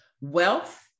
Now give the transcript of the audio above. Wealth